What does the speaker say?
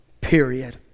period